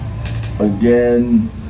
Again